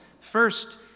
First